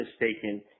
mistaken